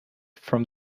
from